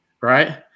right